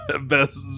best